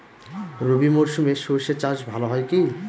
রবি মরশুমে সর্ষে চাস ভালো হয় কি?